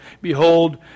Behold